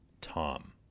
Tom